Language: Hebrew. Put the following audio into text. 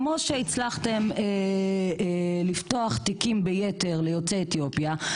כמו שהצלחתם לפתוח תיקים ביתר ליוצאי אתיופיה,